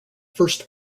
first